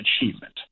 achievement